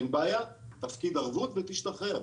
אין בעיה, תפקיד ערבות ותשתחרר.